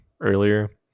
earlier